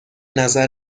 نظر